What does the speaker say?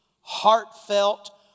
heartfelt